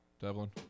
Devlin